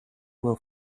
will